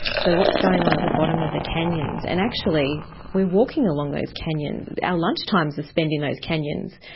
so what's going on at the bottom of the canyons? and actually we are walking along those canyons. our lunchtimes are spent in those canyons.